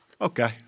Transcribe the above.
okay